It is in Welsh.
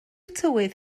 tywydd